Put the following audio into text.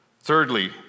Thirdly